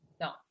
No